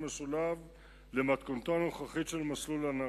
לפי מתכונתו הנוכחית של מסלול הנח"ל.